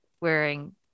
wearing